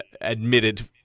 admitted